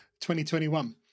2021